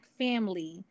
family